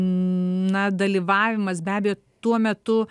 na dalyvavimas be abejo tuo metu